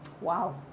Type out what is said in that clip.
Wow